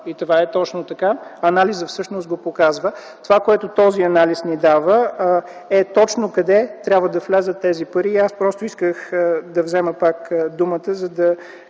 Това е точно така, анализът всъщност го показва. Това, което този анализ ни дава, е точно къде трябва да влязат тези пари. Аз просто исках да взема пак думата, за да